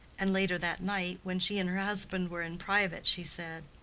and later that night, when she and her husband were in private, she said,